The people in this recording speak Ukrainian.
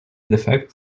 дефект